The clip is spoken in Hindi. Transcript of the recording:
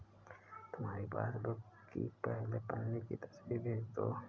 तुम्हारी पासबुक की पहले पन्ने की तस्वीर भेज दो